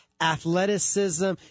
athleticism